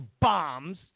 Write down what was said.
bombs